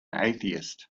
atheist